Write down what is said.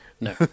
No